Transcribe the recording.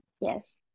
yes